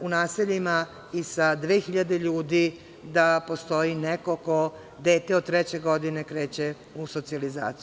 u naseljima i sa 2.000 ljudi da postoji neko dete koje od treće godine kreće u socijalizaciju.